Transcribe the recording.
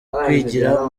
kwigira